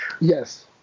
Yes